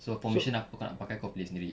so formation apa kau nak pakai kau pilih sendiri